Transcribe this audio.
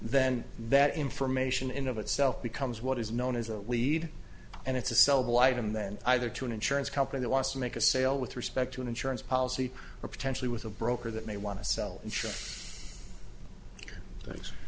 then that information in of itself becomes what is known as a lead and it's a sellable item then either to an insurance company wants to make a sale with respect to an insurance policy or potentially with a broker that may want to sell insurance things